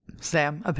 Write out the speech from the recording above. Sam